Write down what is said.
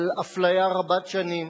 של אפליה רבת שנים